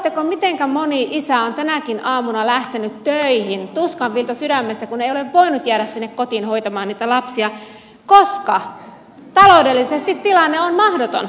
arvaatteko mitenkä moni isä on tänäkin aamuna lähtenyt töihin tuskan viilto sydämessä kun ei ole voinut jäädä sinne kotiin hoitamaan niitä lapsia koska taloudellisesti tilanne on mahdoton